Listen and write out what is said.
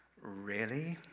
really?